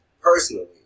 Personally